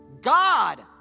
God